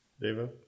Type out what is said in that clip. David